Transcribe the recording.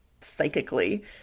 psychically